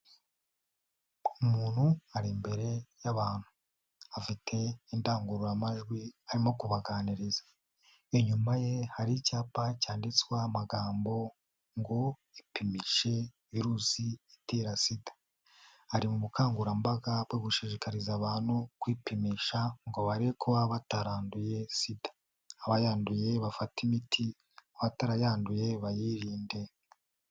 Umuntu ari imbere y'abantu afite indangururamajwi arimo kubaganiriza, inyuma ye hari icyapa cyanditsweho amagambo ngo: "Ipimishe virusi itera SIDA" ari mu bukangurambaga bwo gushishikariza abantu kwipimisha ngo barebe ko bataranduye SIDA, abayanduye bafata imiti batarayanduye bayirinde.